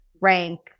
rank